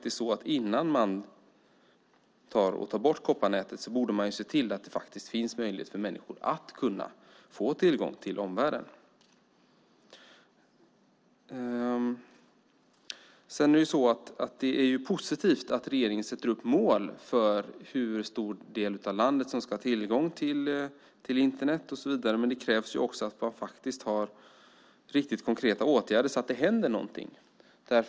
Innan man tar bort kopparnätet borde man se till att det finns möjlighet för människor att få tillgång till omvärlden. Det är positivt att regeringen sätter upp mål för hur stor del av landet som ska ha tillgång till Internet och så vidare, men det krävs också att man vidtar konkreta åtgärder så att det händer någonting.